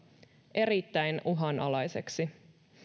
erittäin uhanalaiseksi